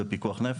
זה פיקוח נפש,